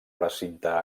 recinte